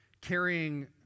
carrying